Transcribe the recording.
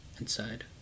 inside